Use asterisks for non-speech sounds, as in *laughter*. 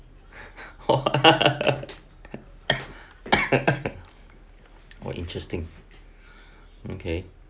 *laughs* *coughs* !wah! interesting okay